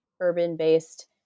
urban-based